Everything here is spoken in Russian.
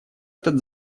этот